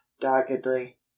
doggedly